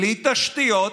בלי תשתיות,